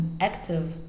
active